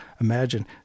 Imagine